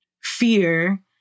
fear